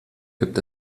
gibt